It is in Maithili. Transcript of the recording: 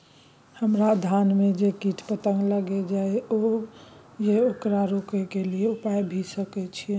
हमरा धान में जे कीट पतंग लैग जाय ये ओकरा रोके के कि उपाय भी सके छै?